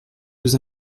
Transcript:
vous